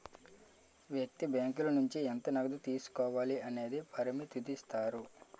వ్యక్తి బ్యాంకుల నుంచి ఎంత నగదు తీసుకోవాలి అనేది పరిమితుదిస్తారు